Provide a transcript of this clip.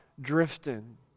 drifting